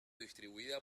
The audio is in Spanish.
distribuida